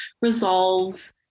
resolve